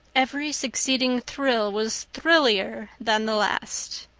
every succeeding thrill was thrillier than the last.